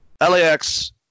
LAX